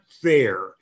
fair